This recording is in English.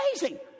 amazing